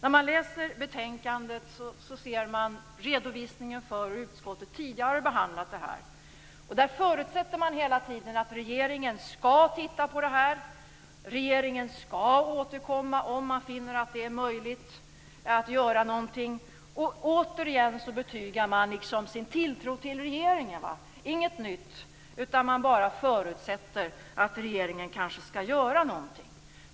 När man läser betänkandet ser man redovisningen av hur utskottet tidigare har behandlat det här. Där förutsätter man hela tiden att regeringen skall titta på det här. Regeringen skall återkomma om man finner att det är möjligt att göra någonting. Återigen betygar man liksom sin tilltro till regeringen. Det är inget nytt. Man bara förutsätter att regeringen kanske skall göra något.